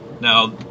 Now